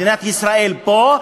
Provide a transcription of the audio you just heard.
מדינת ישראל פה,